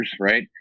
right